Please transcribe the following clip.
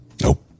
nope